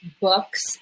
books